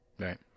Right